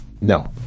No